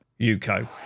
Yuko